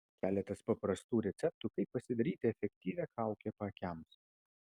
keletas paprastų receptų kaip pasidaryti efektyvią kaukę paakiams